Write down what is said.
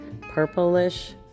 purplish